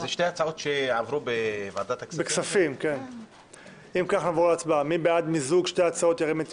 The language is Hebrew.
יש כאן בקשה של יושב-ראש ועדת הכספים למיזוג שתי הצעות החוק.